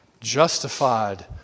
justified